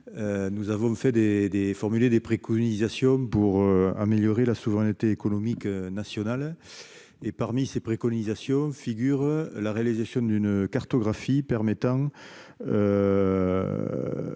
des des formuler des préconisations pour améliorer la souveraineté économique nationale et parmi ces préconisations figurent la réalisation d'une cartographie permettant